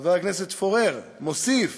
חבר הכנסת פורר, מוסיף